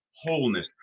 wholeness